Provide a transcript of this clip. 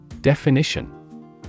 Definition